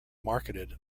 marketed